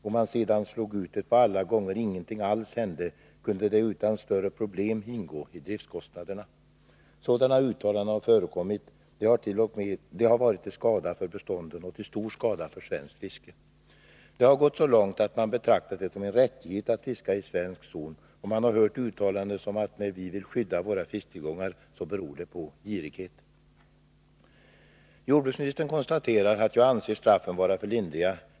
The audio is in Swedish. Om man sedan slog ut det på alla gånger ingenting alls hände, kunde det utan större problem ingå i driftkostnaderna. Sådana uttalanden har förekommit. Det har varit till stor skada för bestånden och för svenskt fiske. Det har gått så långt att man har betraktat det som en rättighet att fiska i svensk zon, och man har hört uttalanden om att när vi vill skydda våra fisktillgångar så beror det på girighet. Jordbruksministern konstaterar att jag anser straffen vara för lindriga.